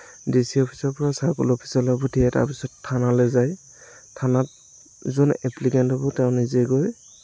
D C অফিচৰ পৰা circle অফিচলৈ পঠিয়াই তাৰপিছত থানালৈ যায় থানাত যোন এপ্লিকেণ্ট হ'ব তেওঁ নিজে গৈ